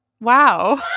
wow